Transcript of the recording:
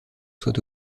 soit